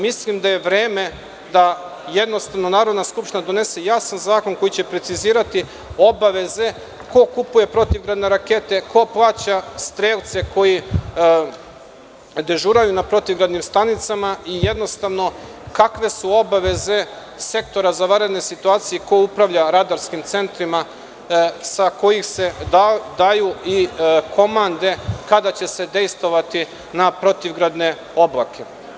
Mislim da je vreme da Narodna skupština donese jasan zakon koji će precizirati obaveze ko kupuje protivgradne rakete, ko plaća strelce koji dežuraju na protivgradnim stanicama i kakve su obaveze Sektora za vanredne situacije i ko upravlja radarskim centrima, sa kojih se daju i komande kada će se dejstvovati na protivgradne oblake.